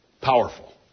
powerful